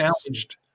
challenged